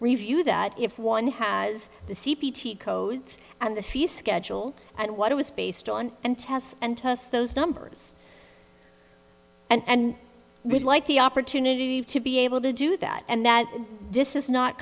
review that if one has the c p t codes and the fees schedule and what it was based on and test and test those numbers and we'd like the opportunity to be able to do that and that this is not